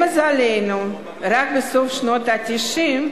למזלנו, רק בסוף שנות ה-90,